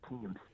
teams